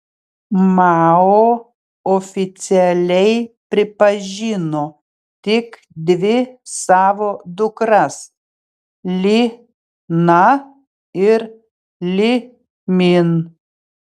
mao oficialiai pripažino tik dvi savo dukras li na ir li min